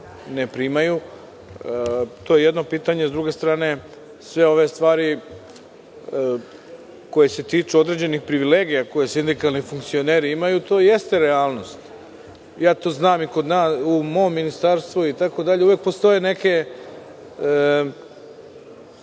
ne primaju. To je jedno pitanje.S druge strane, sve ove stvari koje se tiču određenih privilegija koje sindikalni funkcioneri imaju to jeste realnost. To znam i u mom ministarstvu itd. uvek postoje neke.